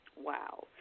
Wow